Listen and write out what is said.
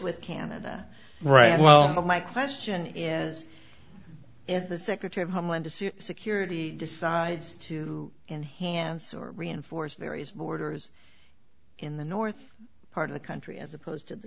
with canada right well my question is if the secretary of homeland security decides to enhance or reinforce various borders in the north part of the country as opposed to